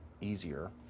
easier